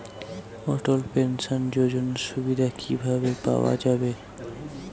অটল pension যোজনার সুবিধা কি ভাবে পাওয়া যাবে?